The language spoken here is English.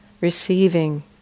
receiving